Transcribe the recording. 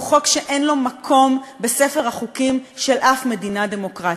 והוא חוק שאין לו מקום בספר החוקים של אף מדינה דמוקרטית.